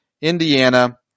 Indiana